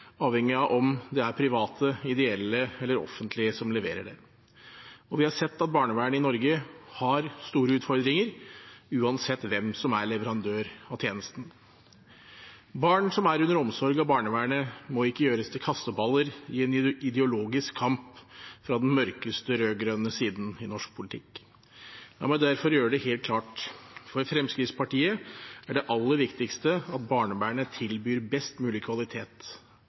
avhengig av om det er private, ideelle eller det offentlige som leverer det. Vi har sett at barnevernet i Norge har store utfordringer, uansett hvem som er leverandør av tjenesten. Barn som er under omsorg av barnevernet, må ikke gjøres til kasteballer i en ideologisk kamp fra den mørkeste rød-grønne siden i norsk politikk. La meg derfor gjøre det helt klart: For Fremskrittspartiet er det aller viktigste at barnevernet tilbyr best mulig kvalitet.